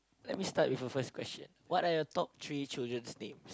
let me start with a first question what are you top three children's name